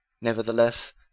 Nevertheless